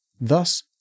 Thus